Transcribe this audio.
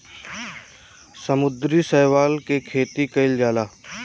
समुद्री शैवाल के खेती कईल जाला